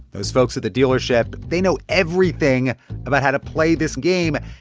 those folks at the dealership they know everything about how to play this game,